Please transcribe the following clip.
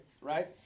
right